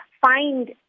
find